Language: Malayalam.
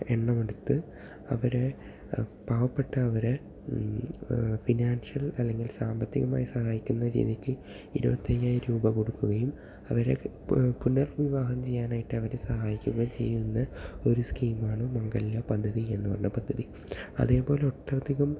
എണ്ണമെടുത്ത് അവരെ പാവപെട്ട അവരെ ഫിനാൻഷ്യൽ അല്ലെങ്കിൽ സാമ്പത്തികമായിട്ട് സഹായിക്കുന്ന രീതിക്ക് ഇരുപത്തി അയ്യായിരം രൂപ കൊടുക്കുകയും അവരെ പു പുനർവിവാഹം ചെയ്യാനായിട്ടവരെ സഹായിക്കുകയും ചെയുന്ന ഒരു സ്കീമാണ് മംഗല്യ പദ്ധതി എന്നുപറയുന്ന പദ്ധതി അതേപോലെ ഒട്ടധികം